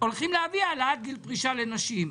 הולכים להביא העלאת גיל פרישה לנשים.